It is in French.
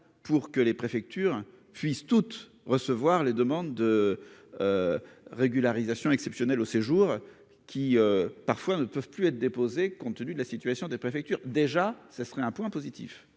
pour que les préfectures puisse toute recevoir les demandes de régularisation exceptionnelle au séjour qui parfois ne peuvent plus être déposées, compte tenu de la situation des préfectures, déjà, ça serait un point positif,